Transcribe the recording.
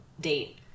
date